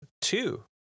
two